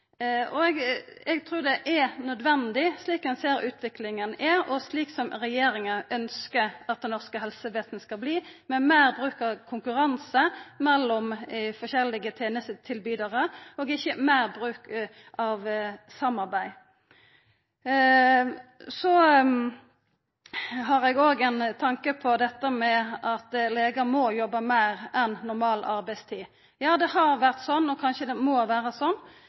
Eg trur det er nødvendig, slik utviklinga er, og slik som regjeringa ønskjer at det norske helsevesenet skal verta, med meir bruk av konkurranse mellom forskjellige tenestetilbydarar og ikkje meir bruk av samarbeid. Eg har òg ein tanke om det at legar må jobba meir enn normal arbeidstid. Ja, det har vore sånn, og kanskje må det vera sånn,